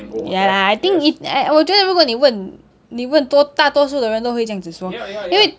ya lah I think 我觉得你问你问多大多数的人都会酱子说因为